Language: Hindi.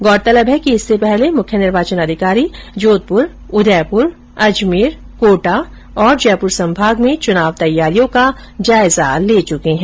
गौरतलब है कि इससे पहले मुख्य निर्वाचन अधिकारी जोधपुर उदयपुर अजमेर कोटा और जयपुर संभाग में चुनाव तैयारियों का जायजा ले चुके है